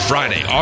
Friday